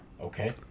Okay